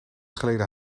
geleden